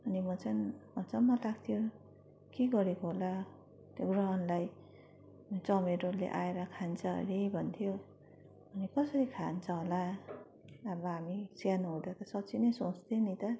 अनि म चाहिँ अचम्म लाग्थ्यो के गरेको होला त्यो ग्रहणलाई चमरेले आएर खान्छ हरे भन्थ्यो अनि कसरी खान्छ होला अब हामी सानो हुँदा त साँच्चै नै सोच्थे नि त